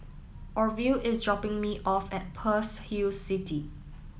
Orvil is dropping me off at Pearl's Hill City